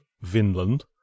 Vinland